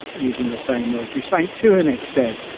using the same military slang, to an extent.